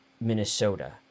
Minnesota